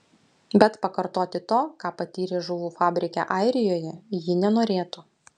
bet pakartoti to ką patyrė žuvų fabrike airijoje ji nenorėtų